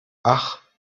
ach